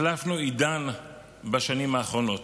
החלפנו עידן בשנים האחרונות.